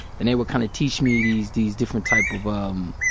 then they would kind of teach me these, these different type of, ah, um